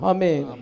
Amen